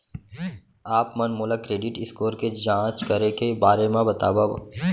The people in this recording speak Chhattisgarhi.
आप मन मोला क्रेडिट स्कोर के जाँच करे के बारे म बतावव?